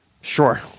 Sure